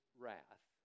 wrath